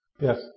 Yes